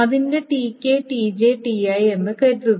അതിന്റെ Tk Tj Ti എന്ന് കരുതുക